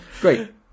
great